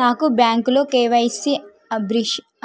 నాకు బ్యాంకులో కే.వై.సీ